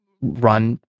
run